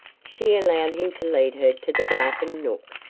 she allowed him to lead her to the darkened nook.